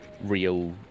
real